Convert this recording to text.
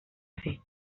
fer